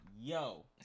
yo